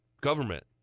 government